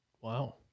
Wow